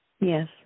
Yes